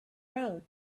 road